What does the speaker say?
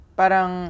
parang